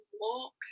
walk